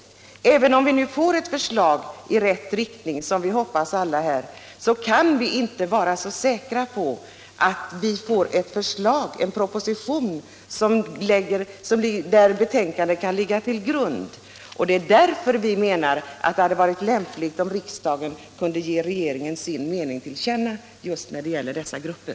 Även om vi nu får ett förslag i rätt riktning, som vi alla här hoppas, så kan vi inte vara så säkra på att vi får en proposition som är grundad på betänkandet. Det är därför vi menar att det hade varit lämpligt att riksdagen gett regeringen sin mening till känna när det gäller dessa grupper.